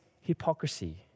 hypocrisy